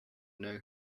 know